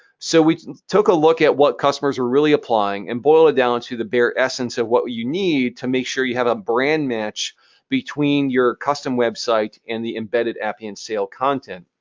so we took a look at what customers are really applying and boiled it down to the bare essence of what you need to make sure you have a brand match between your custom website and the embedded app in sail content.